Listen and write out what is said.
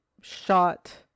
shot